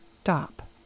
stop